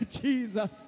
Jesus